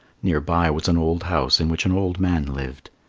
near by was an old house in which an old man lived.